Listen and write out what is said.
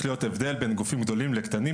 להיות הבדל בין גופים גדולים לקטנים,